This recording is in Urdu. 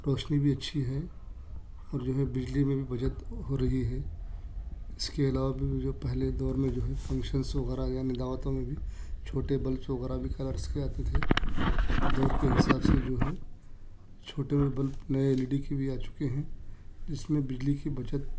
روشنی بھی اچھی ہے اور جو ہے بجلی میں بھی بچت ہو رہی ہے اس کے علاوہ بھی جو پہلے دور میں جو ہے فنگشنس وغیرہ یعنی دعوتوں میں بھی چھوٹے بلبس وغیرہ بھی کلرس کے آتے تھے دور کے حساب سے جو ہے چھوٹے میں بلب نئے ایل ای ڈی کے بھی آ چکے ہیں جس میں بجلی کی بچت